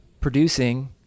producing